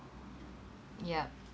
yup